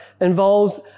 involves